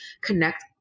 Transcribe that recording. connect